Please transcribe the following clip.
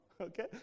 Okay